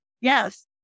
Yes